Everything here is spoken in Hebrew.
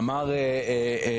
בלי מדורות באיילון.